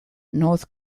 north